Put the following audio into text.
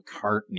McCartney